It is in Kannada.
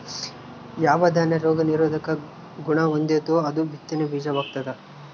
ಯಾವ ದಾನ್ಯ ರೋಗ ನಿರೋಧಕ ಗುಣಹೊಂದೆತೋ ಅದು ಬಿತ್ತನೆ ಬೀಜ ವಾಗ್ತದ